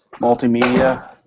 multimedia